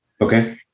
Okay